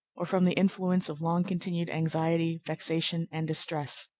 or from the influence of long-continued anxiety, vexation, and distress.